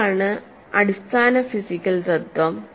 ഇതാണ് അടിസ്ഥാന ഫിസിക്കൽ തത്വം